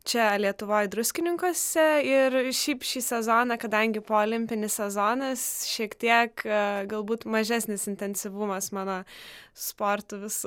čia lietuvoje druskininkuose ir šiaip šį sezoną kadangi polimpinis sezonas šiek tiek galbūt mažesnis intensyvumas mano sportų visų